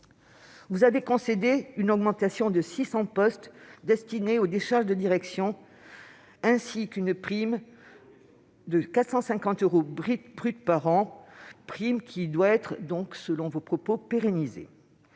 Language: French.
Vous avez concédé une augmentation de 600 postes destinés aux décharges de direction, ainsi qu'une prime de 450 euros brut par an, dont vous avez annoncé qu'elle serait pérennisée.